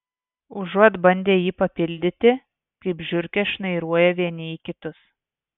užuot bandę jį papildyti kaip žiurkės šnairuoja vieni į kitus